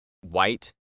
white